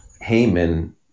Haman